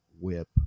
whip